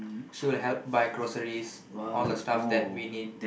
she'll help buy groceries all the stuff that we need